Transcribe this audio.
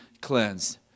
cleansed